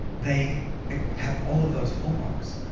they have all of those hallmarks,